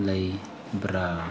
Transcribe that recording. ꯂꯩꯕ꯭ꯔꯥ